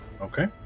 Okay